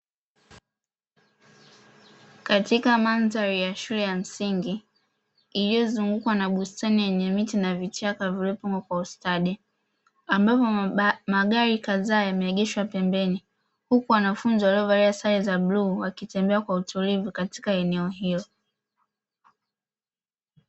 Katika mandhari ya shule ya msingi iliyozungukwa na bustani yenye miti na vichaka vilivyopangwa kwa ustadi ambapo magari kadhaa yameegeshwa pembeni, huku wanafunzi waliovalia sare za bluu wakitembea kwa utulivu katika eneo hilo.